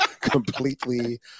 Completely